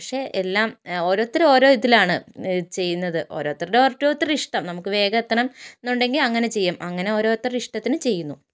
പക്ഷേ എല്ലാം ഓരോരുത്തർ ഓരോ ഇതിലാണ് ചെയ്യുന്നത് ഓരോരുത്തരുടെ ഓരോരുത്തരുടെ ഇഷ്ടം നമുക്ക് വേഗം എത്തണം എന്നുണ്ടെങ്കിൽ അങ്ങനെ ചെയ്യും അങ്ങനെ ഓരോരുത്തരുടെ ഇഷ്ടത്തിന് ചെയ്യുന്നു